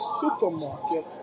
supermarket